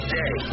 day